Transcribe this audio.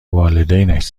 والدینش